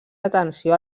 atenció